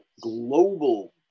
global